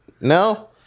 No